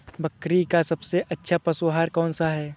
बकरी का सबसे अच्छा पशु आहार कौन सा है?